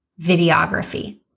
videography